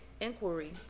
inquiry